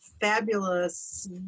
fabulous